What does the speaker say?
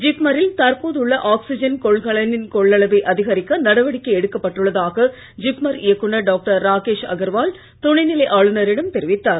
ஜிப்மரில் தற்போதுள்ள ஆக்சிஜன் கொள்கலனின் கொள்ளளவைஅதிகரிக்க நடவடிக்கை எடுக்கப்பட்டுள்ளதாக ஜிப்மர் இயக்குநர் டாக்டர் ராகேஷ் அகர்வால் துணைநிலை ஆளுநரிடம் தெரிவித்தார்